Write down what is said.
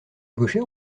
gauchère